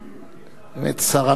באמת, שר אמיץ,